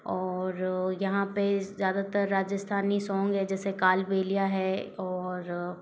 और यहाँ पर ज़्यादातर राजस्थानी सॉन्ग है जैसे कालबेलिया है और